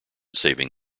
saving